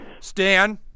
stan